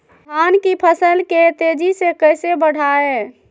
धान की फसल के तेजी से कैसे बढ़ाएं?